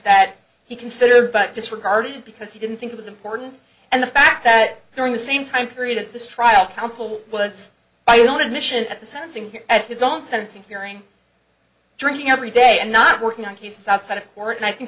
that he considered but disregarded because he didn't think it was important and the fact that during the same time period as this trial counsel was my own admission at the sentencing at his own sentencing hearing drinking every day and not working out he's outside of work and i think